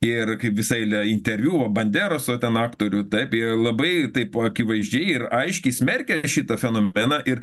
ir kaip visą eilę interviu va banderos o ten aktorių taip jie labai taip akivaizdžiai ir aiškiai smerkia šitą fenomeną ir